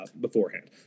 beforehand